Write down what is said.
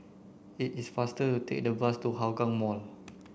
it is faster to take the bus to Hougang Mall